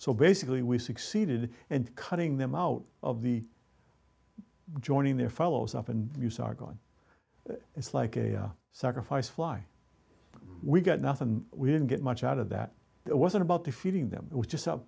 so basically we succeeded and cutting them out of the joining their fellows up and use are gone it's like a sacrifice fly we got nothing we didn't get much out of that it wasn't about defeating them we just